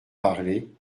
parler